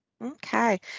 Okay